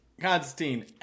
Constantine